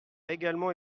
également